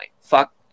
Fuck